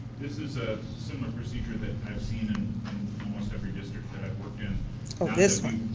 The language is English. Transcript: this is a similar procedure that i've seen in most every district that i've worked in this one.